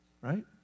Right